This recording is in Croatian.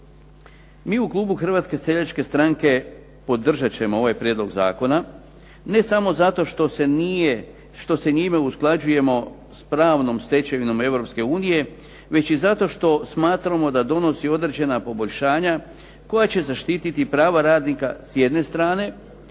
Mi u klubu Hrvatske seljačke stranke podržat ćemo ovaj prijedlog zakona ne samo zato što se njime usklađujemo s pravnom stečevinom Europske unije već i zato što smatramo da donosi određena poboljšanja koja će zaštititi prava radnika s jedne strane